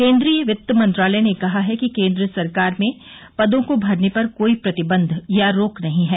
केन्द्रीय वित्त मंत्रालय ने कहा है कि केंद्र सरकार में पदों को भरने पर कोई प्रतिबंध या रोक नहीं है